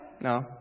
No